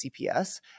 CPS